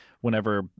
whenever